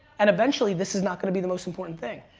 and eventually, this is not gonna be the most important thing.